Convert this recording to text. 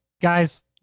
Guys